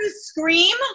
scream